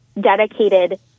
dedicated